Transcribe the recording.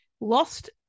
lost